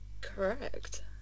Correct